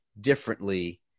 differently